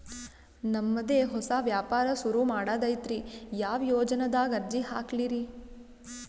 ನಮ್ ದೆ ಹೊಸಾ ವ್ಯಾಪಾರ ಸುರು ಮಾಡದೈತ್ರಿ, ಯಾ ಯೊಜನಾದಾಗ ಅರ್ಜಿ ಹಾಕ್ಲಿ ರಿ?